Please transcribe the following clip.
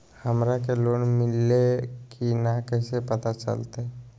हमरा के लोन मिल्ले की न कैसे पता चलते?